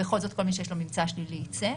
בכל זאת כל מי שיש ממצא שלילי יצא.